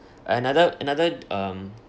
another another um